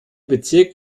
bezirk